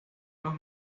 los